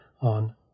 on